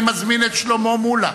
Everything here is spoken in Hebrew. אני מזמין את שלמה מולה,